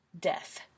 death